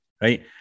right